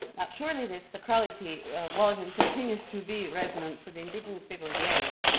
surely this sacrality was, and continues to be, resonant for the indigenous people of the area,